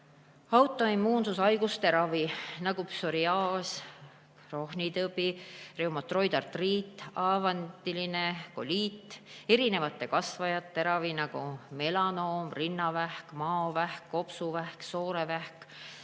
autoimmuunhaiguste ravi, nagu psoriaas, Crohni tõbi, reumatoidartriit, haavandiline koliit, samuti erinevate kasvajate ravi, nagu melanoom, rinnavähk, maovähk, kopsuvähk, soolevähk,